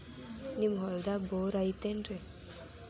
ನಿಮ್ಮ ಹೊಲ್ದಾಗ ಬೋರ್ ಐತೇನ್ರಿ?